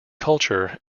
culture